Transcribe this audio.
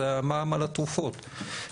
זה המע"מ על התרופות.